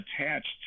attached